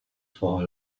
for